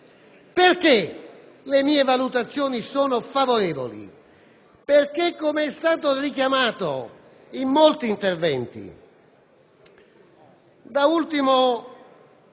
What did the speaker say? Perché le mie valutazioni sono favorevoli? È stato richiamato in molti interventi, da ultimo